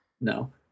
No